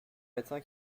médecin